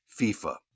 FIFA